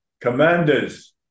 Commanders